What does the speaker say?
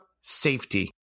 safety